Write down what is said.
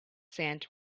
sand